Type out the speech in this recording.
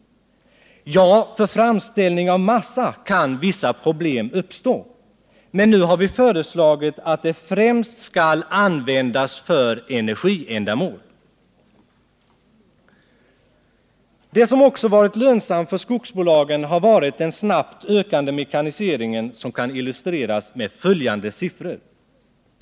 Ja, för framställning av massa kan vissa problem uppstå. Men nu har vi föreslagit att det främst skall användas för energiändamål. Det som också varit lönsamt för skogsbolagen har varit den snabbt ökande mekaniseringen, som kan illustreras på följande sätt.